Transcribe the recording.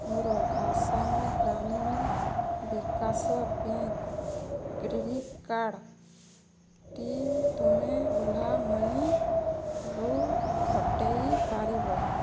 ମୋର Assam Gramin Vikash bank credit କାର୍ଡ଼୍ଟି ତୁମେ ଓଲା ମନିରୁ ହଟାଇ ପାରିବ